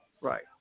right